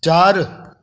चारि